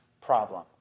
problem